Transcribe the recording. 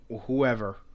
whoever